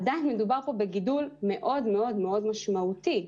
עדיין מדובר פה בגידול מאוד-מאוד משמעותי.